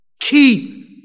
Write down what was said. keep